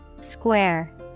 Square